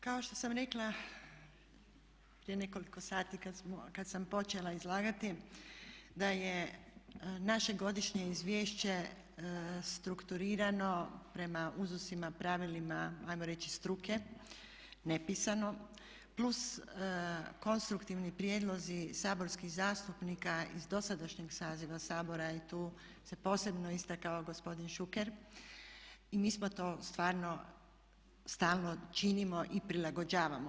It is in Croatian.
Kao što sam rekla prije nekoliko sati kad sam počela izlagati da je naše Godišnje izvješće strukturirano prema uzusima, pravilima hajmo reći struke nepisano plus konstruktivni prijedlozi saborskih zastupnika iz dosadašnjeg saziva Sabora i tu se posebno istakao gospodin Šuker i mi smo to stvarno stalno činimo i prilagođavamo.